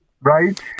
Right